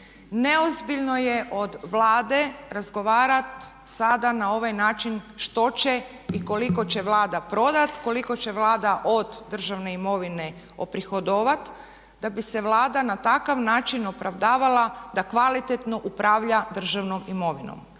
neozbiljno je od Vlade razgovarat sada na ovaj način što će i koliko će Vlada prodati, koliko će Vlada od države imovine oprihodovat da bi se Vlada na takav način opravdavala da kvalitetno upravlja državnom imovinom.